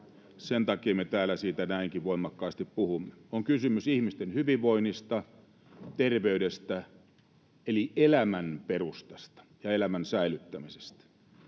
sen takia me täällä siitä näinkin voimakkaasti puhumme. On kysymys ihmisten hyvinvoinnista ja terveydestä, eli elämän perustasta ja elämän säilyttämisestä.